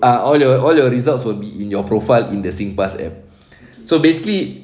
ah all your all your results will be in your profile in the singpass app so basically